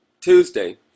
Tuesday